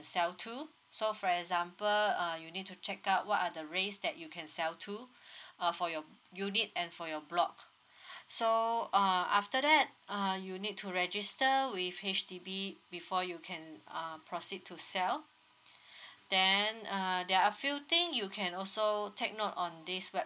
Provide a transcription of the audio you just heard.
self to so for example uh you need to check out what are the race that you can sell to uh for your unit and for your block so uh after that uh you need to register with H_D_B before you can uh proceed to sell then uh there are a few thing you can also take note on this